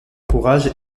courage